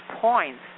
points